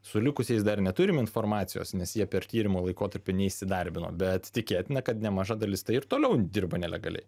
su likusiais dar neturime informacijos nes jie per tyrimo laikotarpį neįsidarbino bet tikėtina kad nemaža dalis tai ir toliau dirba nelegaliai